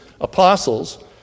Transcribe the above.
apostles